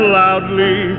loudly